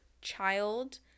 child